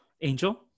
Angel